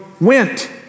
went